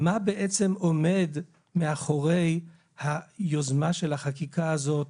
מה בעצם עומד מאחורי היוזמה של החקיקה הזאת,